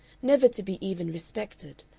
never to be even respected,